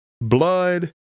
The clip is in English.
blood